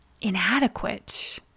inadequate